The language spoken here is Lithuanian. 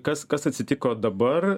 kas kas atsitiko dabar